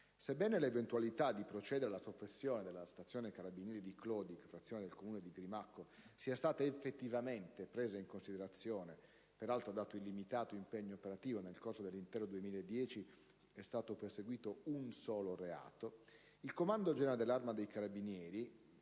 Sebbene l'eventualità di procedere alla soppressione della stazione carabinieri di Clodig (frazione del Comune di Grimacco) sia stata effettivamente presa in considerazione, dato anche il limitato impegno operativo (nel 2010 è stato perseguito un solo reato), il Comando generale dell'Arma dei carabinieri